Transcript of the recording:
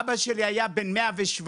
אבא שלי היה בן 117,